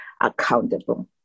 accountable